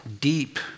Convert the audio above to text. Deep